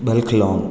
बल्कलोन्